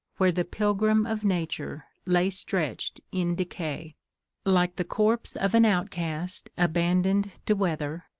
where the pilgrim of nature lay stretch'd in decay like the corpse of an outcast abandon'd to weather,